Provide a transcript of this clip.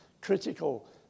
critical